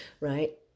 right